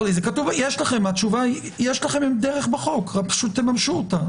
יש לכם דרך בחוק פשוט תממשו אותה.